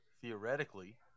theoretically